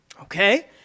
Okay